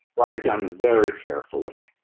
write it down very carefully.